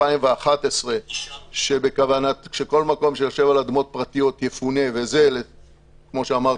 2011 שכל מקום שיושב על אדמות פרטיות יפונה וזה בוצע,